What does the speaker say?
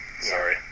Sorry